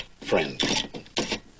friend